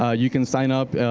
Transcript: ah you can sign up.